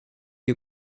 you